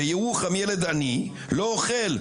בירוחם ילד עני לא אוכל,